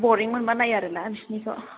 बरिं मोनब्ला नायो आरोना बिसिनिखौ